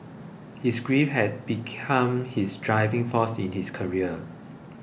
his grief had become his driving force in his career